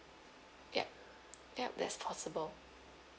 ya ya that's possible